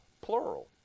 plural